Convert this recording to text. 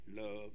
love